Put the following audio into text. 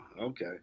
okay